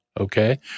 Okay